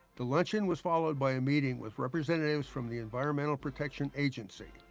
the luncheon was followed by a meeting with representatives from the environmental protection agency.